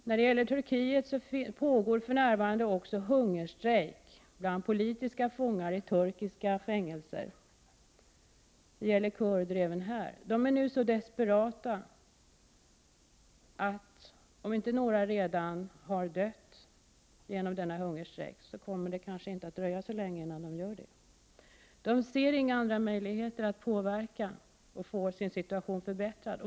I Turkiet pågår det för närvarande en hungerstrejk bland politiska fångar i turkiska fängelser, och även här gäller det kurder. De är nu så desperata, att om några inte redan har dött genom denna hungerstrejk kommer det kanske inte att dröja så länge innan de gör det. De ser inga andra möjligheter att påverka och få sin situation förbättrad.